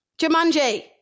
Jumanji